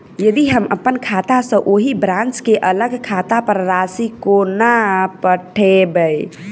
यदि हम अप्पन खाता सँ ओही ब्रांच केँ अलग खाता पर राशि कोना पठेबै?